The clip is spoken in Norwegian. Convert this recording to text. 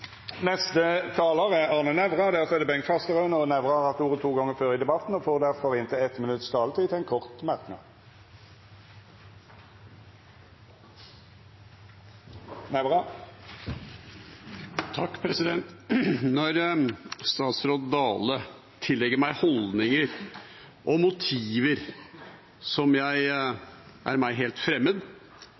Arne Nævra har hatt ordet to gonger tidlegare i debatten og får ordet til ein kort merknad, avgrensa til 1 minutt. Når statsråd Dale tillegger meg holdninger og motiver som er meg helt